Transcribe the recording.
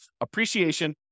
appreciation